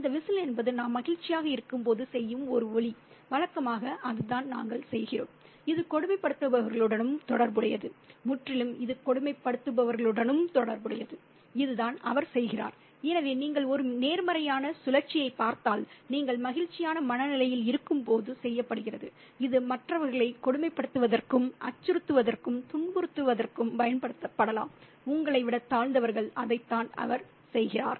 இந்த விசில் என்பது நாம் மகிழ்ச்சியாக இருக்கும்போது செய்யும் ஒரு ஒலி வழக்கமாக அதுதான் நாங்கள் செய்கிறோம் இது கொடுமைப்படுத்துபவர்களுடனும் தொடர்புடையது முற்றிலும் இது கொடுமைப்படுத்துபவர்களுடனும் தொடர்புடையது இதுதான் அவர் செய்கிறார் எனவே நீங்கள் ஒரு நேர்மறையான சுழற்சியைப் பார்த்தால் நீங்கள் மகிழ்ச்சியான மனநிலையில் இருக்கும்போது செய்யப்படுகிறது இது மற்றவர்களை கொடுமைப்படுத்துவதற்கும் அச்சுறுத்துவதற்கும் துன்புறுத்துவதற்கும் பயன்படுத்தப்படலாம் உங்களை விட தாழ்ந்தவர்கள் அதைத்தான் அவர் செய்கிறார்